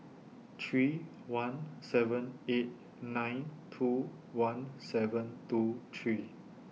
three one seven eight nine two one seven two three